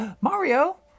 Mario